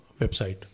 website